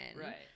Right